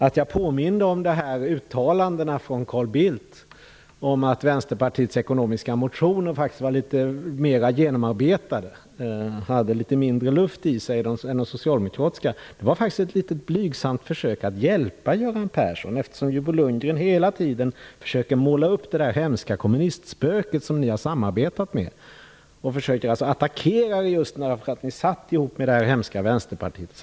Att jag påminde om uttalandena från Carl Bildt, om att Västerpartiets ekonomiska motioner faktiskt var litet mera genomarbetade och hade litet mindre luft i sig än de socialdemokratiska, det var för att hjälpa Göran Persson. Bo Lundgren försöker hela tiden måla upp det hemska kommunistspöket som socialdemokraterna har samarbetat med och försöker attackera er för det.